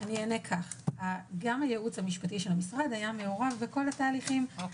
גם הייעוץ המשפטי של המשרד היה מעורב בכל התהליכים.